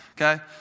okay